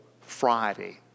Friday